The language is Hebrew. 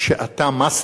שאתה מאסטר,